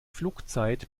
flugzeit